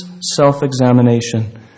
self-examination